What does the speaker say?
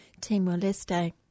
Timor-Leste